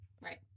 Right